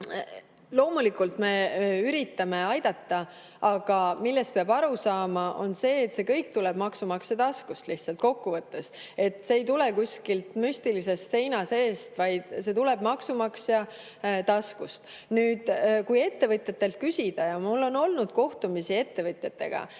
loomulikult me üritame aidata, aga millest peab aru saama, on see, et see kõik tuleb kokkuvõttes maksumaksja taskust. See ei tule kuskilt müstilise seina seest, vaid see tuleb maksumaksja taskust. Kui ettevõtjatelt küsida – ja mul on olnud kohtumisi ettevõtjatega